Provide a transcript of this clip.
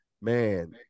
man